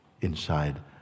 inside